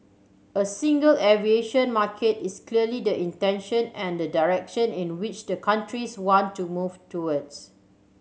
a single aviation market is clearly the intention and the direction in which the countries want to move towards